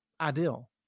ideal